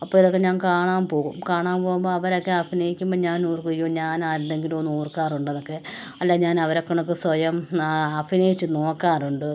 അപ്പോൾ ഇതൊക്കെ ഞാൻ കാണാൻ പോവും കാണാൻ പോവുമ്പോൾ അവരൊക്കെ അഭിനയിക്കുമ്പോൾ ഞാനോർക്കും അയ്യോ ഞാനാരുടെയെങ്കിലും എന്നോർക്കാറുണ്ട് അതൊക്കെ അല്ലെങ്കിൽ ഞാനവരെ കണക്ക് സ്വയം അഭിനയിച്ച് നോക്കാറുണ്ട്